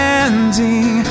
ending